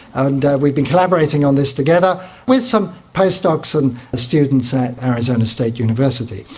and we've been collaborating on this together with some postdocs and students at arizona state university.